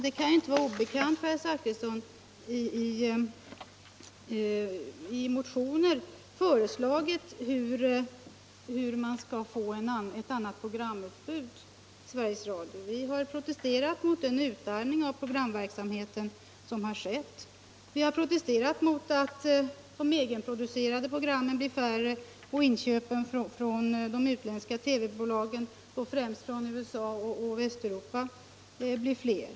Det kan inte vara obekant för herr Zachrisson att vpk i motioner har lagt fram förslag om hur man skall få ett annat programutbud i Sveriges Radio. Vpk har protesterat mot den utarmning av programverksamheten som har ägt rum. Vpk har protesterat mot att de egenproducerade programmen blir färre och inköpen från utländska TV-bolag — främst från USA och Västeuropa — blir fler.